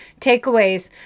takeaways